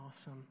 awesome